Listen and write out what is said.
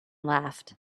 laughed